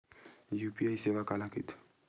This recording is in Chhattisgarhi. यू.पी.आई सेवा काला कइथे?